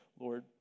Lord